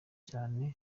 cyane